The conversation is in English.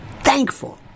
thankful